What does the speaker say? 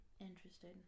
interesting